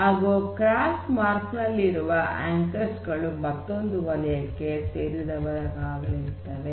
ಹಾಗು cross mark ನಲ್ಲಿರುವ anchors ಗಳು ಮತ್ತೊಂದು ವಲಯಕ್ಕೆ ಸೇರಿದವುಗಳಾಗಿರುತ್ತವೆ